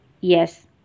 yes